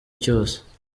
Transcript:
cyose